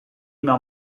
maal